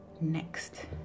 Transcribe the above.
next